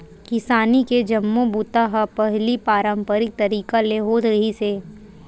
किसानी के जम्मो बूता ह पहिली पारंपरिक तरीका ले होत रिहिस हे